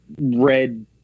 red